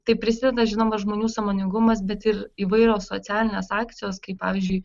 tai prisideda žinoma žmonių sąmoningumas bet ir įvairios socialinės akcijos kaip pavyzdžiui